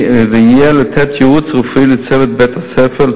ויהיה לתת ייעוץ רפואי לצוות בית-הספר,